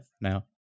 Now